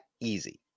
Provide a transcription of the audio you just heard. easy